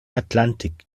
atlantik